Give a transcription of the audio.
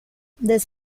this